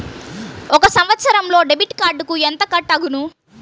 ఒక సంవత్సరంలో డెబిట్ కార్డుకు ఎంత కట్ అగును?